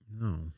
No